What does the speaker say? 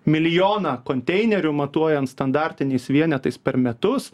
milijoną konteinerių matuojant standartiniais vienetais per metus